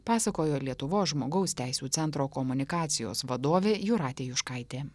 pasakojo lietuvos žmogaus teisių centro komunikacijos vadovė jūratė juškaitė